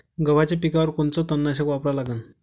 गव्हाच्या पिकावर कोनचं तननाशक वापरा लागन?